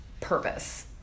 purpose